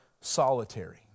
solitary